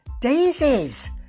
Daisies